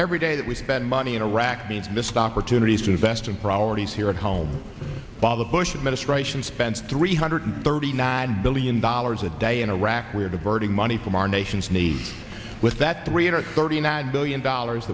every day that we spend money in iraq means missed opportunities to invest in priorities here at home while the bush administration spends three hundred thirty nine billion dollars a day in iraq we're diverting money from our nation's needs with that three hundred thirty nine billion dollars